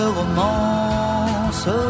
romance